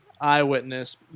eyewitness